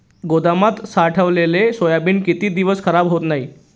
गोदामात साठवलेले सोयाबीन किती दिवस खराब होत नाही?